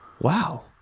wow